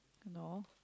no